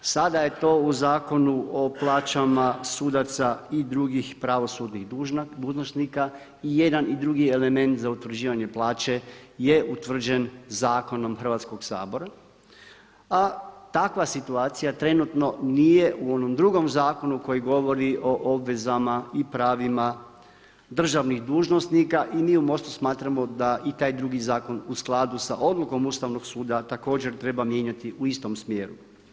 Sada je to u Zakonu o plaćama sudaca i drugih pravosudnih dužnosnika i jedan i drugi element za utvrđivanje plaće je utvrđen Zakonom Hrvatskoga sabora a takva situacija trenutno nije u onom drugom zakonu koji govori o obvezama i pravima državnih dužnosnika i mi u MOST-u smatramo da i taj drugi zakon u skladu sa odlukom Ustavnog suda također treba mijenjati u istom smjeru.